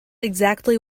exactly